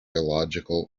illogical